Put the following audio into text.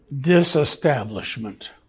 disestablishment